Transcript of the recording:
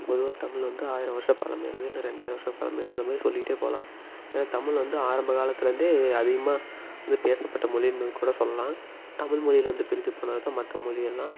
இப்போ பொதுவாக தமிழ் வந்து ஆயிரம் வருஷம் பழமையானது இல்லை ரெண்டாயிரம் வருஷம் பழமையானது அந்த மாதிரி சொல்லிகிட்டே போகலாம் ஏன்னா தமிழ் வந்து ஆரம்பக்காலத்திலயிருந்தே அதிகமாக வந்து பேசப்பட்ட மொழின்னு கூட சொல்லலாம் தமிழ்மொழிலயிருந்து பிரிஞ்சு போனதுதான் மற்ற மொழி எல்லாம்